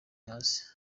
hasi